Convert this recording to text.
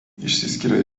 išsiskiria